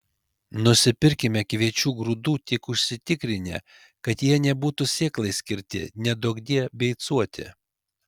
nusipirkime kviečių grūdų tik užsitikrinę kad jie nebūtų sėklai skirti neduokdie beicuoti